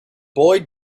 boy